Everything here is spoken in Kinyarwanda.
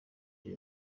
king